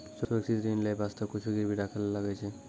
सुरक्षित ऋण लेय बासते कुछु गिरबी राखै ले लागै छै